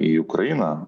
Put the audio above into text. į ukrainą